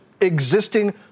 existing